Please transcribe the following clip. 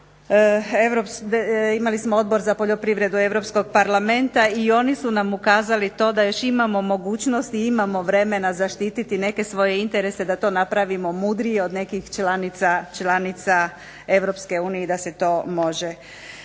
imali smo Odbor za poljoprivredu Europskog parlamenta i oni su nam ukazali na to da još imamo mogućnosti imamo vremena zaštiti neke svoje interese, da to napravimo mudrije od nekih članica EU i da se to može.